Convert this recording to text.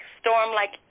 storm-like